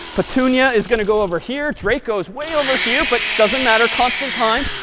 petunia is going to go over here. draco is way over here, but doesn't matter, constant time,